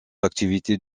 activités